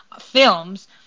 films